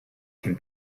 can